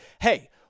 hey